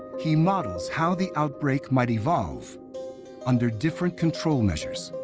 he models how the outbreak might evolve under different control measures.